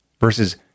versus